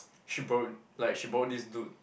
she borrowed like she borrowed this dude